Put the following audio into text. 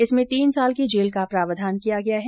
इसमें तीन साल की जेल का प्रावधान किया गया है